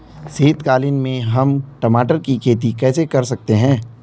शीतकालीन में हम टमाटर की खेती कैसे कर सकते हैं?